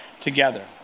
together